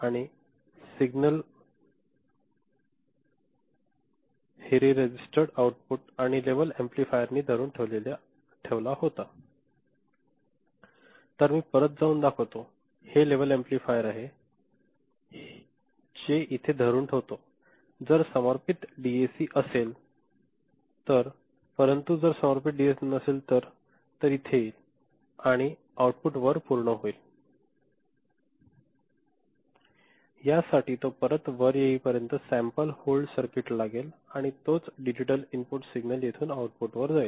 आणि सिग्नलहेरेजिस्टरेड आउटपुट आणि लेवल ऍम्प्लिफायरनी धरून ठेवला होता तर मी परत जाऊन दाखवतो हे लेवल एम्पलीफायर आहे जे इथे धरून ठेवतो जर समर्पित डीएसी असेल तर परंतु जर ते समर्पित डीएसी नसेल तर इथे येईल आणि आउटपुट वर पूर्ण होईल यासाठी तो परत येई पर्यंत सॅम्पल आणि होल्ड सर्किट लागेल आणि तोच डिजिटल इनपुट सिग्नल येथून आउटपुटवर जाईल